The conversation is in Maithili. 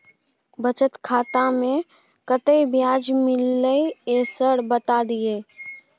बचत खाता में कत्ते ब्याज मिलले ये सर बता दियो?